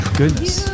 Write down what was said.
goodness